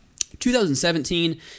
2017